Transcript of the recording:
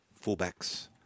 fullbacks